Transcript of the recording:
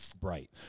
bright